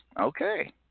Okay